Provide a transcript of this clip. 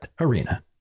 Arena